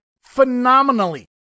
phenomenally